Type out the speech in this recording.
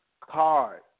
card